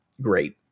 great